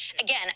Again